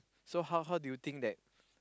so how how do you think that